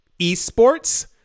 esports